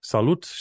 Salut